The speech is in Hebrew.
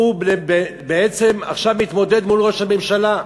הוא בעצם עכשיו מתמודד מול ראש הממשלה.